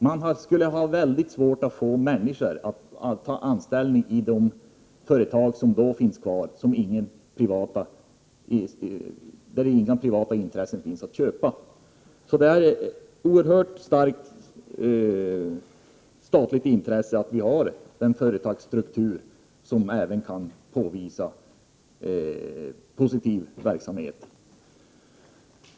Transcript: Det skulle vara mycket svårt att få människor att ta anställning i de kvarvarande företagen, där inga privata intressen finns att köpa. Det finns ett oerhört starkt intresse av att vi har företag, där det kan uppvisas även positiv verksamhet.